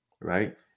right